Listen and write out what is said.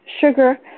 sugar